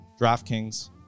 DraftKings